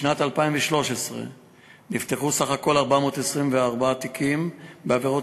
בשנת 2013 נפתחו בסך הכול 424 תיקים בעבירות